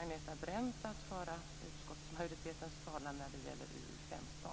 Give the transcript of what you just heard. Agneta Brendt att föra utskottsmajoritetens talan när det gäller UU15.